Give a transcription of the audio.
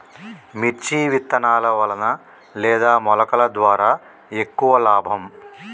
మిర్చి విత్తనాల వలన లేదా మొలకల ద్వారా ఎక్కువ లాభం?